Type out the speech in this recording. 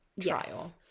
trial